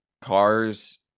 cars